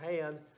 hand